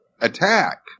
attack